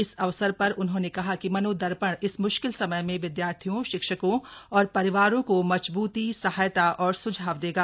इस अवसर पर उन्होंने कहा कि मनोदर्पण इस मुश्किल समय में विद्यार्थियों शिक्षकों और परिवारों को मजबूती सहायता और सुझाव देगा